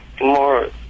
more